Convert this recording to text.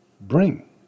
bring